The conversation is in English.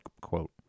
quote